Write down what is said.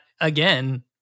again